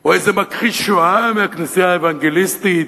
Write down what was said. או איזה מכחיש שואה מהכנסייה האוונגליסטית?